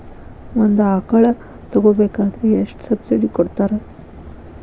ಒಂದು ಆಕಳ ತಗೋಬೇಕಾದ್ರೆ ಎಷ್ಟು ಸಬ್ಸಿಡಿ ಕೊಡ್ತಾರ್?